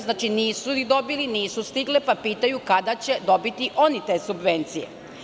Znači, nisu ih dobili, nisu stigle pare, pa pitaju kada će dobiti oni te subvencije.